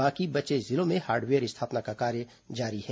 बाकी बचे जिलों में हार्डवेयर स्थापना का कार्य जारी है